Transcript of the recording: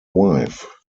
wife